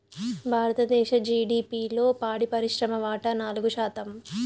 భారతదేశ జిడిపిలో పాడి పరిశ్రమ వాటా నాలుగు శాతం